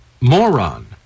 Moron